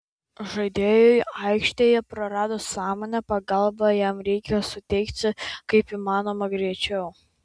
žaidėjui aikštėje praradus sąmonę pagalbą jam reikia suteikti kaip įmanoma greičiau